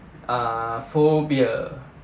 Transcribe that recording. uh phobia